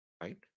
Right